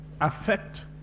affect